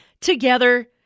together